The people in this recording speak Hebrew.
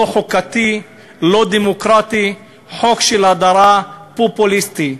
לא חוקתי, לא דמוקרטי, חוק של הדרה, פופוליסטי,